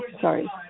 Sorry